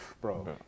bro